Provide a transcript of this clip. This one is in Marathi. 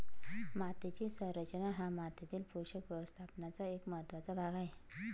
मातीची संरचना हा मातीतील पोषक व्यवस्थापनाचा एक महत्त्वाचा भाग आहे